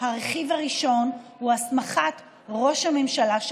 הרכיב הראשון הוא הסמכת ראש הממשלה,